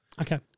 Okay